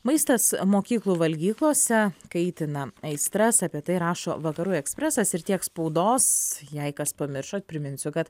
maistas mokyklų valgyklose kaitina aistras apie tai rašo vakarų ekspresas ir tiek spaudos jei kas pamiršot priminsiu kad